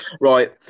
Right